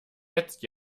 jetzt